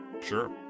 Sure